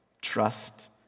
trust